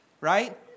right